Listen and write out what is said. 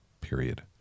period